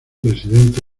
presidenta